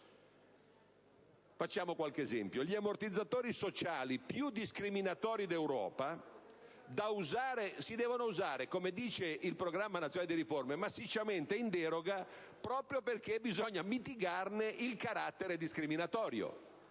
Facciamo qualche esempio: gli ammortizzatori sociali più discriminatori d'Europa si devono usare, come dice il Programma nazionale di riforma, massicciamente in deroga proprio perché bisogna mitigarne il carattere discriminatorio.